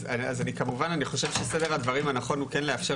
אז כמובן אני חושב שסדר הדברים הנכון הוא כן לאפשר